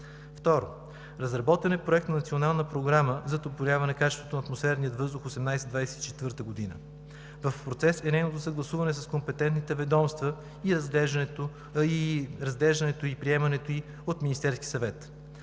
Второ, разработен е Проект на Национална програма за подобряване качеството на атмосферния въздух 2018 – 2024 г. В процес е нейното съгласуване с компетентните ведомства, разглеждането и приемането ѝ от Министерския съвет.